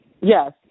yes